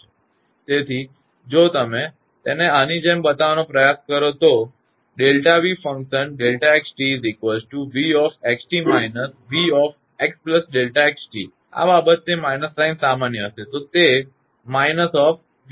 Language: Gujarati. તેથી જો તમે તેને આની જેમ બતાવવાનો પ્રયાસ કરો તો Δ𝑣Δ𝑥𝑡𝑣𝑥𝑡−𝑣𝑥Δ𝑥𝑡 આ બાબત તે માઇનસ સામાન્ય રહેશે